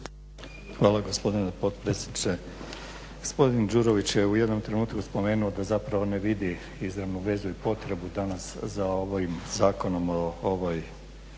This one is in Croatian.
Hvala gospodine potpredsjedniče. Gospodin Đurović je u jednom trenutku spomenuo da zapravo ne vidi izravnu vezu i potrebu danas za ovim zakonom o ovoj